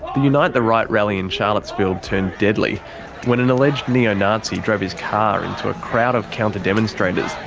the unite the right rally in charlottesville turned deadly when an alleged neo-nazi drove his car into a crowd of counter demonstrators,